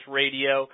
radio